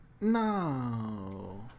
no